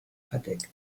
verdeckt